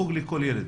חוג לכל ילד.